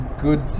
good